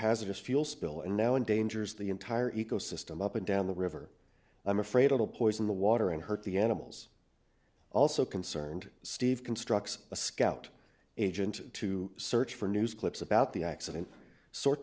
hazardous fuel spill and now endangers the entire ecosystem up and down the river i'm afraid it will poison the water and hurt the animals also concerned steve constructs a scout agent to search for news clips about the accident sor